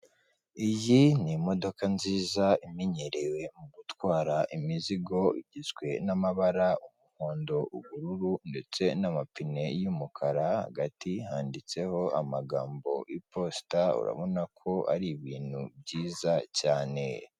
Iyi ni imodoka nziza imenyerewe mu gutwara imizigo igizwe n'amabara umuhondo, ubururu ndetse n'amapine y'umukara, hagati handitseho amagambo iposita urabona ko ari ibintu byiza cyane.